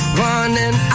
running